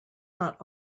not